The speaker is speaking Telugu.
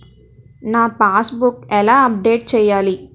నా పాస్ బుక్ ఎలా అప్డేట్ చేయాలి?